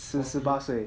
十十八岁